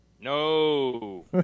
No